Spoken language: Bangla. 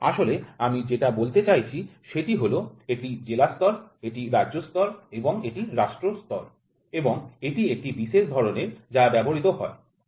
আসলে আমি যেটা বলতে চাইছি সেটি হল এটি জেলা স্তর এটি রাজ্য স্তর এবং এটি রাষ্ট্র স্তর এবং এটি একটি বিশেষ ধরণের যা ব্যবহৃত হয়